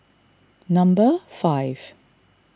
number five